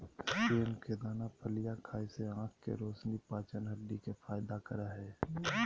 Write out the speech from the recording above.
सेम के दाना फलियां खाय से आँख के रोशनी, पाचन, हड्डी के फायदा करे हइ